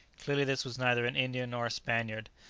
clearly this was neither an indian nor a spaniard.